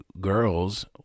girls